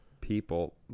people